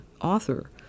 author